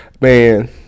man